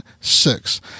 six